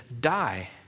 die